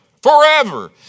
Forever